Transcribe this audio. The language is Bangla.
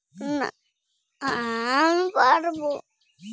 ঘন কোয়াশা কি গম চাষে ভালো?